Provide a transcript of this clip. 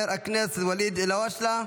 חבר הכנסת ואליד אלהואשלה,